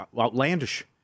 outlandish